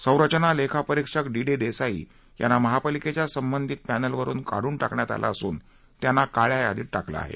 संरचना लेखापरीक्षक D D Desai यांना महापालिकेच्या संबंधित पॅनलवरून काढून टाकण्यात आलं असून त्यांना काळ्या यादीत टाकलं आहे